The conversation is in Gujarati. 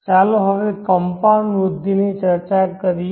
ચાલો હવે કંપાઉન્ડ વૃદ્ધિની ચર્ચા કરીએ